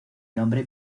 nombre